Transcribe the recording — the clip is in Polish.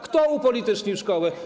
Kto upolitycznił szkołę?